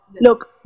look